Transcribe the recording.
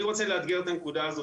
אני רוצה לאתגר את הנקודה הזאת,